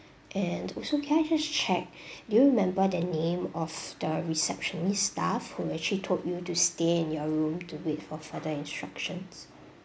and also can I just check do you remember the name of the receptionist staff who actually told you to stay in your room to wait for further instructions